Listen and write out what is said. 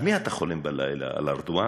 על מי אתה חולם בלילה, על ארדואן?